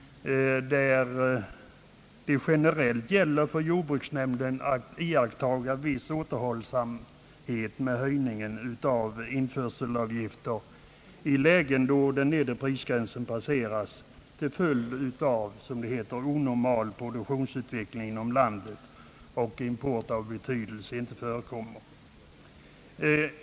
Enligt detta beslut gäller det generellt för jordbruksnämnden att iaktta viss återhållsamhet med höjningen av införselavgifter i lägen, då den nedre prisgränsen passeras till följd av onormal produktionsutveckling inom landet och då import av betydelse inte förekommer.